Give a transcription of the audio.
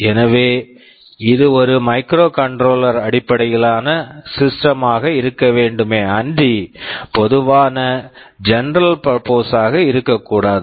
எனவே இது ஒரு மைக்ரோகண்ட்ரோலர் microcontroller அடிப்படையிலான சிஸ்டம் system ஆக இருக்க வேண்டுமே அன்றி பொதுவான ஜெனரல் பர்ப்போஸ் general purpose க இருக்கக்கூடாது